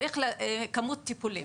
צריך כמות טיפולים.